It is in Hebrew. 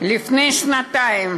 לפני שנתיים